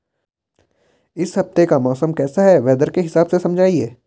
इस हफ्ते का मौसम कैसा है वेदर के हिसाब से समझाइए?